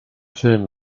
film